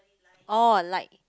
oh like